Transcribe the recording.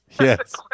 Yes